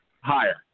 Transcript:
higher